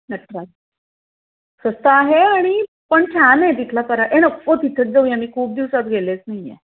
नटराज स्वस्त आहे आणि पण छान आहे तिथला परा ए नको तिथेच जाऊया मी खूप दिवसात गेलेच नाही आहे